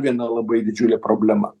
viena labai didžiulė problema